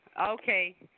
Okay